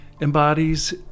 embodies